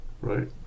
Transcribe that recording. right